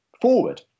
forward